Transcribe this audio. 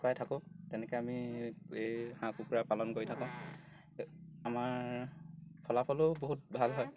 খুৱাই থাকোঁ তেনেকৈ আমি এই হাঁহ কুকুৰা পালন কৰি থাকোঁ আমাৰ ফলাফলো বহুত ভাল হয়